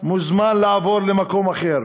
מוזמן לעבור למקום אחר.